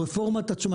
ברפורמת הצומח.